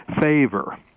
favor